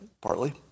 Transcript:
partly